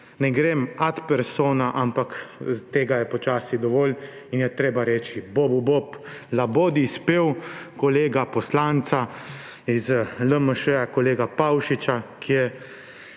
ne grem ad personam, ampak tega je počasi dovolj in je treba reči bobu bob. Labodji spev kolega poslanca iz LMŠ, kolega Pavšiča, ki je